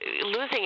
losing